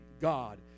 God